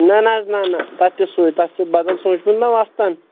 نَہ نہٕ حظ نَہ نَہ تَتھ تہِ سُے تَتھ چھِ بَدَل سوٗنٛچمُت نَہ وۄستَن